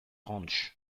ranch